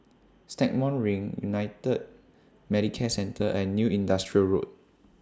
Stagmont Ring United Medicare Centre and New Industrial Road